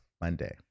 Monday